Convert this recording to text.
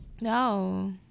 No